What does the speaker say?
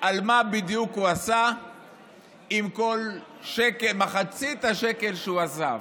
על מה בדיוק הוא עשה עם כל מחצית השקל שהוא אסף.